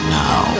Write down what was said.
now